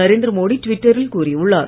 நரேந்திர மோடி ட்விட்டரில் கூறியுள்ளார்